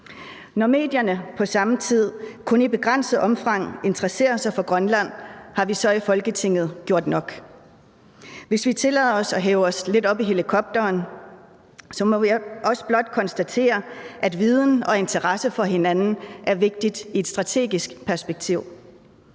Når medierne på samme tid kun i begrænset omfang interesserer sig for Grønland, har vi så i Folketinget gjort nok? Hvis vi tillader os at hæve os lidt op i helikopteren, må vi også blot konstatere, at viden og interesse for hinanden er vigtigt i et strategisk perspektiv.